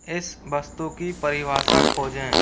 इस वस्तु की परिभाषा खोजें